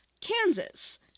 Kansas